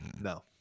No